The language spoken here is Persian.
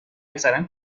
اکثرا